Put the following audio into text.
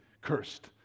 cursed